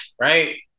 right